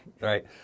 right